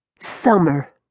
Summer